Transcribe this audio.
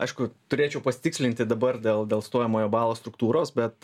aišku turėčiau pasitikslinti dabar dėl dėl stojamojo balo struktūros bet